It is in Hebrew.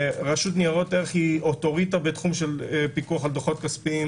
היא אוטוריטה בתחום פיקוח על דוחות כספיים.